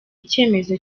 icyemezo